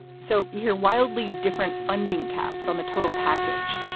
so you're wildly different funding caps on the total package,